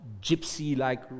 gypsy-like